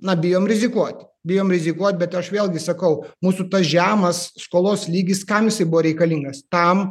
na bijom rizikuoti bijom rizikuot bet aš vėlgi sakau mūsų tas žemas skolos lygis kam jisai buvo reikalingas tam